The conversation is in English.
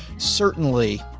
certainly.